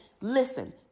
listen